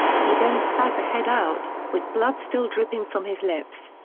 he then spat the head out, with blood still dripping from his lips.